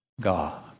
God